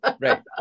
right